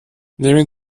nehmen